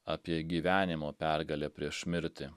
apie gyvenimo pergalę prieš mirtį